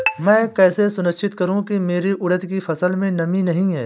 मैं कैसे सुनिश्चित करूँ की मेरी उड़द की फसल में नमी नहीं है?